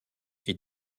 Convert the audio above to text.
est